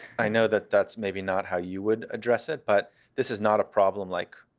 i know that that's maybe not how you would address it. but this is not a problem like